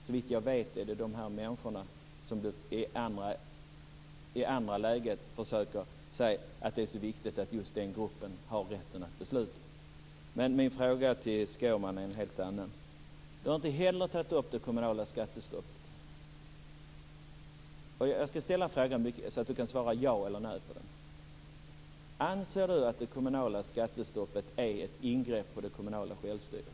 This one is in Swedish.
Såvitt jag vet är det dessa människor som Skårman avser när han i det andra läget försöker säga att det är så viktigt att den gruppen har rätten att besluta. Min fråga till Skårman är en helt annan. Du har inte heller tagit upp det kommunala skattestoppet. Jag skall ställa frågan så att du kan svara ja eller nej på den. Anser du att det kommunala skattestoppet är ett ingrepp i det kommunala självstyret?